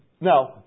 Now